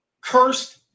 cursed